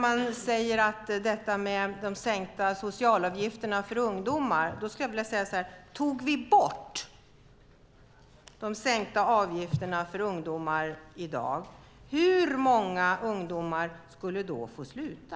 Man talar om de sänkta socialavgifterna för ungdomar. Tog vi i dag bort de sänkta avgifterna för ungdomar, hur många ungdomar skulle då få sluta?